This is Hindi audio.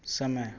समय